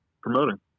promoting